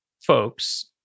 folks